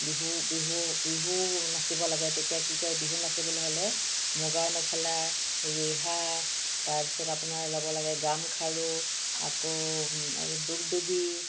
বিহু বিহু বিহুৰ নাচিব লাগে তেতিয়া কি কৰে বিহু নাচিব হ'লে মূগাৰ মেখেলা ৰিহা তাৰপিছত আপোনাৰ ল'ব লাগে গামখাৰু আকৌ এবিধ দুগদুগী